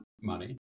money